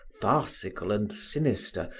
farcical and sinister,